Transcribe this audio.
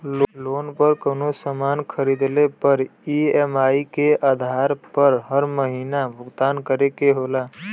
loan पर कउनो सामान खरीदले पर ई.एम.आई क आधार पर हर महीना भुगतान करे के होला